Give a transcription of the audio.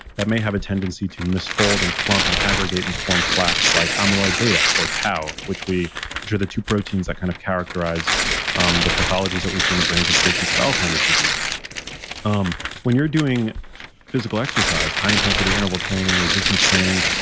that may have a tendency to misfold, and clump, and aggregate and form plaques like amyloid-b but or tau, which are the two proteins that kind of characterize um the pathologies that we see in the brains of patients with alzheimer's disease um when you're doing physical exercise, high intensity interval training, resistance training,